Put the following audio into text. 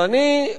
ואני,